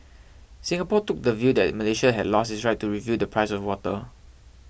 Singapore took the view that Malaysia had lost its right to review the price of water